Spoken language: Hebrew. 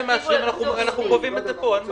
שמאשרים בוועדה אנחנו קובעים את זה כאן, אין בעיה.